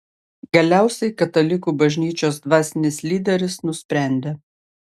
galiausiai katalikų bažnyčios dvasinis lyderis nusprendė